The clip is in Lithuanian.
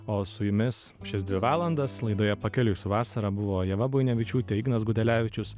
o su jumis šias dvi valandas laidoje pakeliui su vasara buvo ieva buinevičiūtė ignas gudelevičius